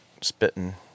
spitting